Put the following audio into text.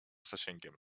zasięgiem